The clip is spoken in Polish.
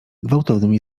gwałtownymi